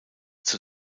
zur